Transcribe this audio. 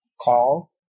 call